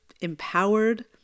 empowered